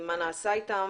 מה נעשה אתן.